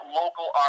local